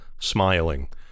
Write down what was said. smiling